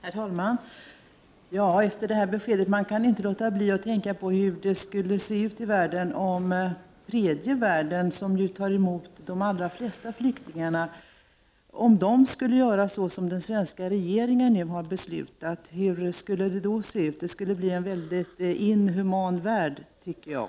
Herr talman! Efter detta besked kan jag inte låta bli att tänka på hur det skulle se ut i världen om tredje världen, som ju tar emot de allra flesta flyk tingarna, skulle göra som Sverige nu har beslutat att göra. Världen skulle då bli mycket inhuman, tycker jag.